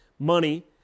money